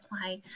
apply